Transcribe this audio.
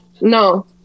no